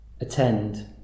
Attend